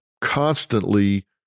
constantly